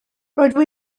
rydw